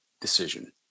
decision